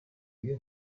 you